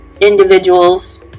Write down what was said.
individuals